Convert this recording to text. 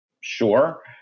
sure